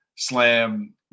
slam